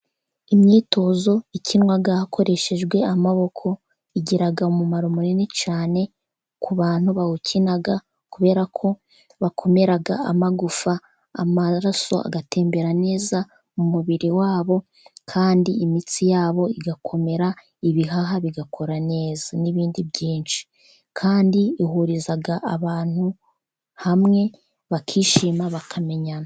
Imyitozo ikinwa hakoreshejwe amaboko igira umumaro munini cyane. Ku bantu bawukina kubera ko bakomera amagufa, amaraso agatembera neza mu mubiri wabo. Kandi imitsi yabo igakomera, ibihaha bigakora neza, n'ibindi byinshi. Kandi ihuriza abantu hamwe bakishima, bakamenyana.